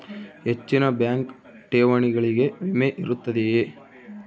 ಹೆಚ್ಚಿನ ಬ್ಯಾಂಕ್ ಠೇವಣಿಗಳಿಗೆ ವಿಮೆ ಇರುತ್ತದೆಯೆ?